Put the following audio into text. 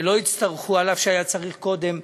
שלא יצטרכו, אף שהיה צריך קודם,